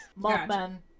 Mothman